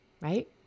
right